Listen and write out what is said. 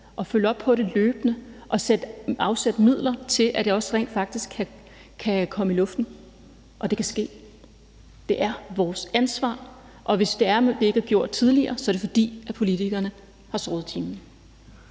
følge op på det og afsætte midler til, at det rent faktisk også kan komme i luften, og at det kan ske. Det er vores ansvar, og hvis det er sådan, at det ikke er blevet gjort tidligere, så er det, fordi politikerne har sovet i timen.